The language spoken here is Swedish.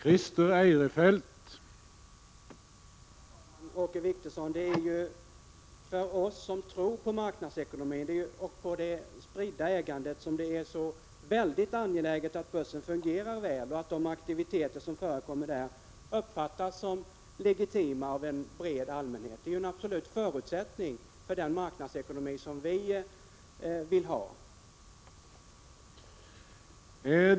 Herr talman! Det är för oss som tror på marknadsekonomin och det spridda ägandet, Åke Wiktorsson, som det är så angeläget att börsen fungerar väl och att de aktiviteter som förekommer där uppfattas som legitima av en bred allmänhet. Det är en absolut förutsättning för den marknadsekonomi som vi vill ha.